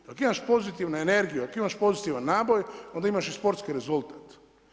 Ako imaš pozitivne energije, ako imaš pozitivan naboj, onda imaš i sportski rezultat.